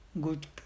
good